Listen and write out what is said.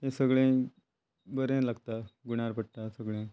ते सगळें बरें लागता गुणाक पडटा सगळ्यांक